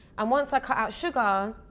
and once i cut out sugar,